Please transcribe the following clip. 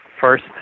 first